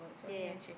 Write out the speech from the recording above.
yeah yeah